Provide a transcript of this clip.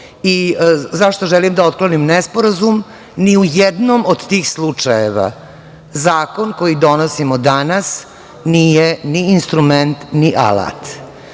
Evrope.Zašto želim da otklonim nesporazum? Ni u jednom od tih slučajeva zakon koji donosimo danas nije ni instrument, ni alat.